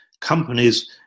Companies